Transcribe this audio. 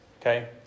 Okay